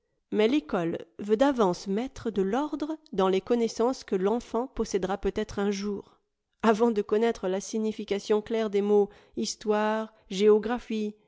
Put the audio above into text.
mais l'ecole veut d'avance mettre de tordre dans les connaissances que l'enfant possédera peut-être un jour avant de connaître la signification claire des mots histoire géographie